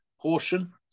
portion